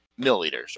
milliliters